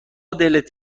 دلت